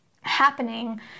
happening